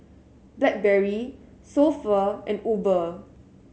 Blackberry So Pho and Uber